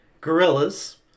gorillas